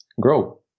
grow